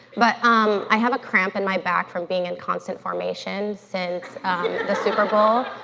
but um i have a cramp in my back from being in constant formation since the superbowl,